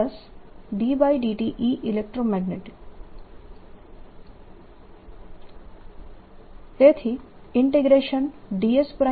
10SEnergy FlowArea × Time તેથી dS